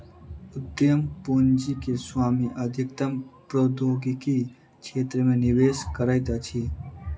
उद्यम पूंजी के स्वामी अधिकतम प्रौद्योगिकी क्षेत्र मे निवेश करैत अछि